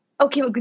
Okay